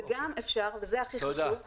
וגם אפשר, וזה הכי חשוב, להגיש תביעה ייצוגית.